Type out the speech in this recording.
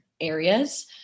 areas